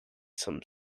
some